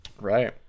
Right